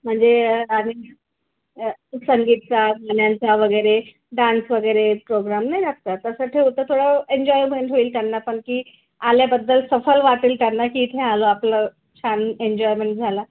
म्हणजे आणि संगीतचा गाण्याचा वगैरे डान्स वगैरे प्रोग्राम नाही लागतात तसं ठेऊ तर थोडं एन्जॉयमेंट होईल त्यांना पण की आल्याबद्दल सफल वाटेल त्यांना की इथं आलं आपलं छान एन्जॉयमेंट झाला